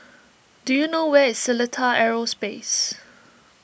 do you know where is Seletar Aerospace